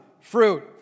fruit